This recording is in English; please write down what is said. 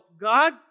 God